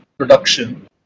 production